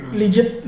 legit